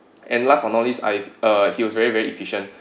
and last but not least I've he was very very efficient